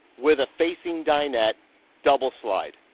with a facing dinette double slide.